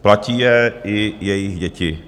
Platí je i jejich děti.